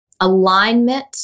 alignment